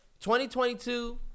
2022